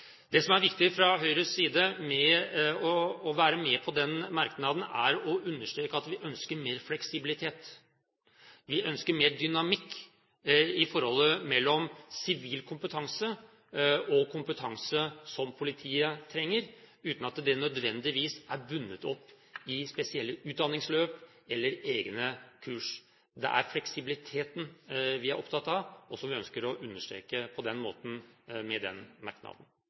Høyres side med å være med på den merknaden, er å understreke at vi ønsker mer fleksibilitet. Vi ønsker mer dynamikk i forholdet mellom sivil kompetanse og kompetanse som politiet trenger, uten at det nødvendigvis er bundet opp i spesielle utdanningsløp eller egne kurs. Det er fleksibiliteten vi er opptatt av, og som vi ønsker å understreke med den